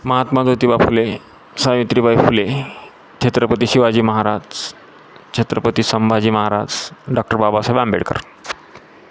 Mahatma Jyotiba Phule Savitribai Phule Chhatrapati Shivaji Maharaj Chhatrapati Sambhaji Maharaj doctor Babasaheb Ambedkar